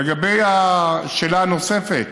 לגבי השאלה הנוספת,